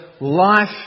Life